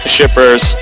Shippers